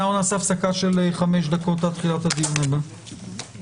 הישיבה ננעלה בשעה 10:30.